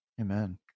Amen